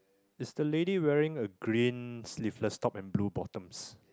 is the lady wearing a green sleeveless top and blue bottoms